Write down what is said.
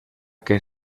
que